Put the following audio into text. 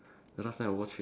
the last time I watch it